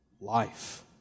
life